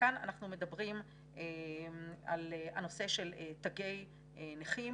כאן אנחנו מדברים על הנושא של תגי נכים.